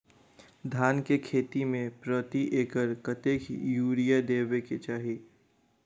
धान केँ खेती मे प्रति एकड़ कतेक यूरिया देब केँ चाहि?